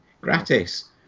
Gratis